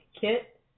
kit